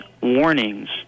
warnings